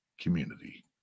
community